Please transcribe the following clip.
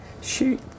Shoot